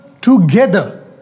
together